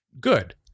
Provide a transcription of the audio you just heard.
good